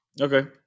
Okay